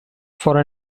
for